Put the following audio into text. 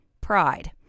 pride